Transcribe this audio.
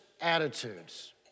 attitudes